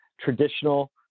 traditional